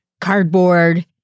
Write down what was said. cardboard